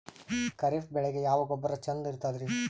ಖರೀಪ್ ಬೇಳಿಗೆ ಯಾವ ಗೊಬ್ಬರ ಚಂದ್ ಇರತದ್ರಿ?